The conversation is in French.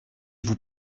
vous